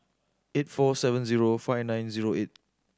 eight four seven zero five nine zero eight